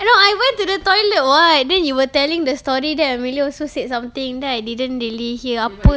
no I went to the toilet [what] then you were telling the story then emilio also said something then I didn't really hear apa